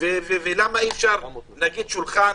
ולמה אי-אפשר, נגיד, שולחן